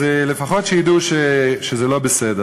אז לפחות שידעו שזה לא בסדר.